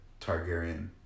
Targaryen